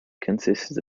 consists